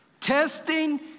Testing